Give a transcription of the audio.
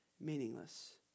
meaningless